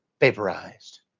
vaporized